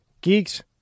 geeks